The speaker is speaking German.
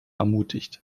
ermutigt